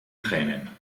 tränen